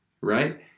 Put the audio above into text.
Right